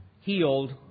healed